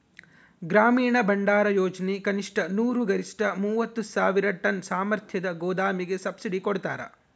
ಗ್ರಾಮೀಣ ಭಂಡಾರಯೋಜನೆ ಕನಿಷ್ಠ ನೂರು ಗರಿಷ್ಠ ಮೂವತ್ತು ಸಾವಿರ ಟನ್ ಸಾಮರ್ಥ್ಯದ ಗೋದಾಮಿಗೆ ಸಬ್ಸಿಡಿ ಕೊಡ್ತಾರ